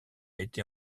été